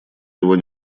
его